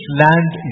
land